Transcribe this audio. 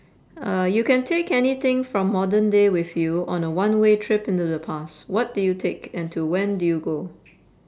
uh you can take anything from modern day with you on a one way day trip into the past what do you take and to when do you go